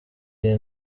iyi